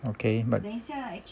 okay but